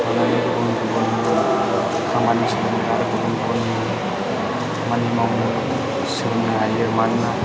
थांनानै गुबुन गुबुन खामानि सामानि आरो गुबुन गुबुन खामानि मावनो सोलोंनो हायो मानोना